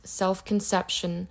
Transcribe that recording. self-conception